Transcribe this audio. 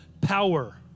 power